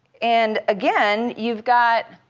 and again, you've got